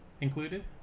included